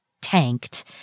tanked